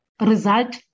result